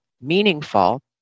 meaningful